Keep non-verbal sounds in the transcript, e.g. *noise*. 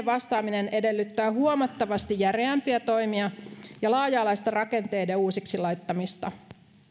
*unintelligible* vastaaminen edellyttää huomattavasti järeämpiä toimia ja laaja alaista rakenteiden uusiksi laittamista